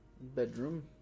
Bedroom